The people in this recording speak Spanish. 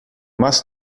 más